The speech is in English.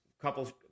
couple